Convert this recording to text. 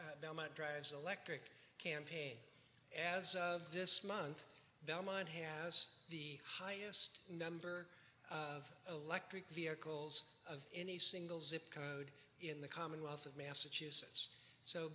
drive's electric campaign as of this month belmont has the highest number of electric vehicles of any single zip code in the commonwealth of massachusetts so